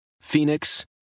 Phoenix